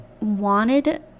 wanted